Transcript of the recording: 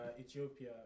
Ethiopia